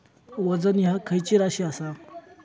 वजन ह्या खैची राशी असा?